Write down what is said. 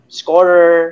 scorer